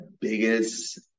biggest